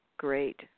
Great